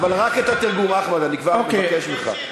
אבל רק את התרגום, אחמד, אני כבר מבקש ממך.